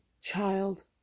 child